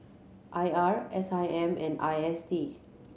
I R S I M and I S D